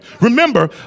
Remember